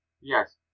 Yes